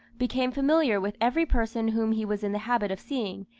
became familiar with every person whom he was in the habit of seeing,